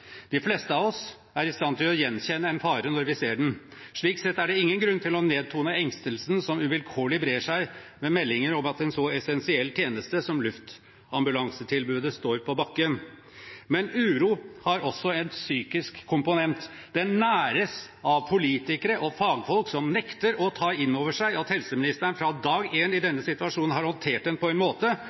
De fleste av oss er i stand til å gjenkjenne en fare når vi ser den. Slik sett er det ingen grunn til å nedtone engstelsen som uvilkårlig brer seg med meldinger om at en så essensiell tjeneste som luftambulansetilbudet står på bakken. Men uro har også en psykisk komponent. Den næres av politikere og fagfolk som nekter å ta inn over seg at helseministeren fra dag én i denne situasjonen har håndtert den på en måte som for det første har opprettholdt luftambulanseberedskapen på en måte